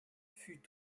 fut